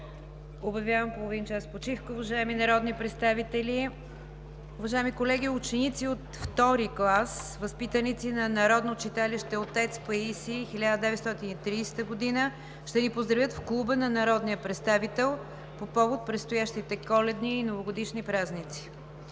20. Предложението е прието. Уважаеми народни представители, уважаеми колеги! Ученици от втори клас – възпитаници на Народно читалище „Отец Паисий 1930“, ще ни поздравят в Клуба на народния представител по повод предстоящите Коледни и Новогодишни празници.